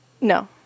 No